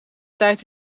tijd